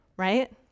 Right